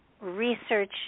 research